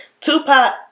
Tupac